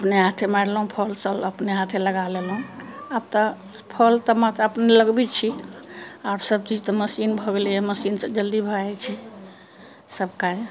अपने हाथे मारलहुॅं फ़ॉल सब अपने हाथे लगा लेलहुॅं आब तऽ फ़ॉल तऽ अपने लगाबै छी आओर सब चीज तऽ मशीने भ गेलै मशीन सॅं जल्दी भऽ जाइ छै सब काज